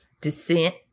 descent